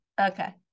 Okay